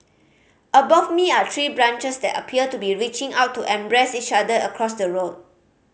above me are tree branches that appear to be reaching out to embrace each other across the road